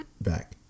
Back